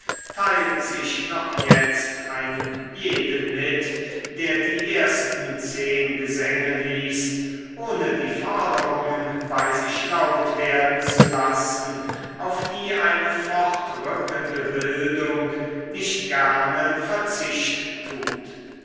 teilt sich noch jetzt einem jeden mit der die ersten zehn gesänge liest ohne die forderungen bei sich laut werden zu lassen auf die eine fortrückende bildung nicht gerne verzicht tut